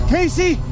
Casey